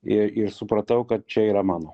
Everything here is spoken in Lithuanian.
ir ir supratau kad čia yra mano